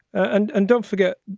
and and don't forget,